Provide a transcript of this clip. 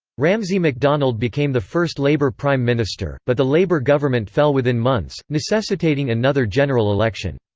ramsay macdonald became the first labour prime minister, but the labour government fell within months, necessitating another general election.